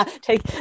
take